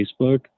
Facebook